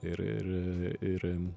ir ir ir